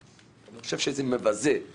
אני חושב שזה מבזה את